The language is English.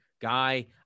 guy